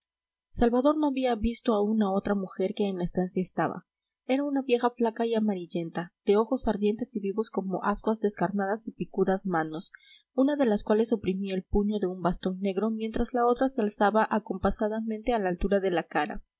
salvador no había visto aún a otra mujer que en la estancia estaba era una vieja flaca y amarillenta de ojos ardientes y vivos como ascuas descarnadas y picudas manos una de las cuales oprimía el puño de un bastón negro mientras la otra se alzaba acompasadamente a la altura de la cara